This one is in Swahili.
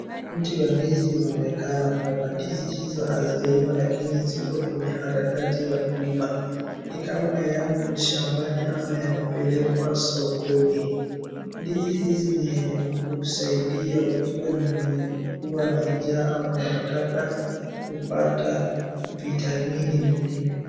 Mti wa ndizi inaonekana hapa. Ndizi hizo hazijaiva lakini ziko kwenye harakati ya kuiva. Ni kama yamo shambani ama yanapelekwa sokoni. Ndizi hizi ni yenye kusaidia ukiwa ni mwenye kuwa na njaa ama unataka kupata vitamini mwilini.